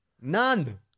None